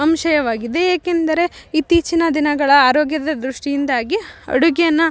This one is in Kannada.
ಅಂಶಯವಾಗಿದೆ ಏಕೆಂದರೆ ಇತ್ತೀಚಿನ ದಿನಗಳ ಆರೋಗ್ಯದ ದೃಷ್ಟಿಯಿಂದಾಗಿ ಅಡುಗೆಯನ್ನು